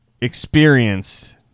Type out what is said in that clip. experienced